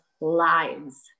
lives